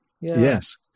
Yes